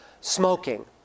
smoking